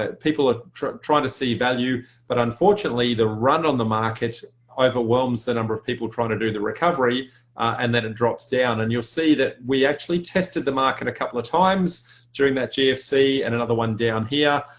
ah people ah are trying to see value but unfortunately the run on the market overwhelms the number of people trying to do the recovery and then it and drops down. and you'll see that we actually tested the market a couple of times during that gfc and another one down here,